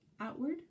Outward